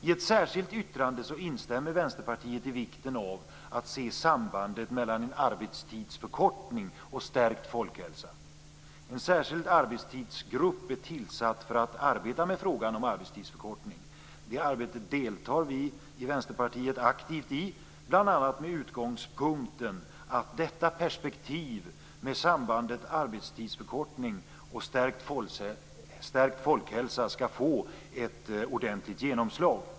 I ett särskilt yttrande instämmer Vänsterpartiet i vikten av att se sambandet mellan en arbetstidsförkortning och stärkt folkhälsa. En särskild arbetstidsgrupp är tillsatt för att arbeta med frågan om arbetstidsförkortning. I det arbetet deltar vi från Vänsterpartiet aktivt, bl.a. med utgångspunkten att sambandet mellan arbetstidsförkortning och stärkt folkhälsa skall få ett ordentligt genomslag.